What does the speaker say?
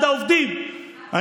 אני לא יושב-ראש ועד העובדים,